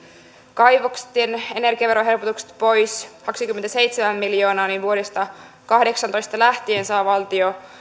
kaivosten energiaverohelpotukset pois kaksikymmentäseitsemän miljoonaa niin vuodesta kaksituhattakahdeksantoista lähtien saa valtio